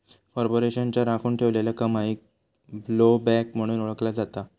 कॉर्पोरेशनच्या राखुन ठेवलेल्या कमाईक ब्लोबॅक म्हणून ओळखला जाता